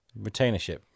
retainership